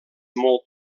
molt